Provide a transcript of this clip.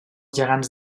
gegants